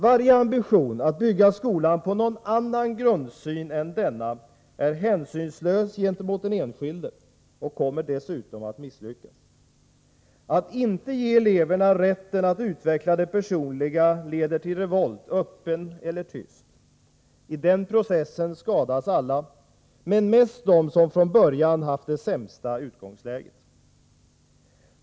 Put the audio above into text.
Varje ambition att bygga skolan på någon annan grundsyn än denna är hänsynslös gentemot den enskilde och kommer dessutom att misslyckas. Att inte ge eleverna rätten att utveckla det personliga leder till revolt, öppen eller tyst. I denna process skadas alla, men mest de som från början haft det sämsta utgångsläget.